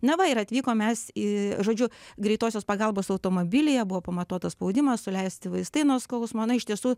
na va ir atvykom mes į žodžiu greitosios pagalbos automobilyje buvo pamatuotas spaudimas suleisti vaistai nuo skausmo na iš tiesų